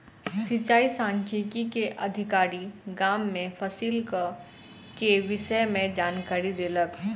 सिचाई सांख्यिकी से अधिकारी, गाम में फसिलक के विषय में जानकारी देलक